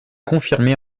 confirmée